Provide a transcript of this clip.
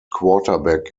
quarterback